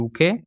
UK